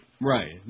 Right